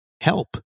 help